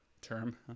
term